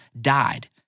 died